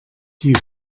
die